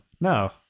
No